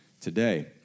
today